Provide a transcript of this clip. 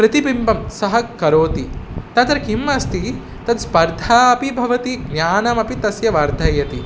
प्रतिबिम्बं सः करोति तत्र किं अस्ति तत् स्पर्धा अपि भवति ज्ञानमपि तस्य वर्धयति